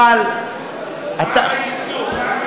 אבל מה עם הייצוא?